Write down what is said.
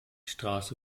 straße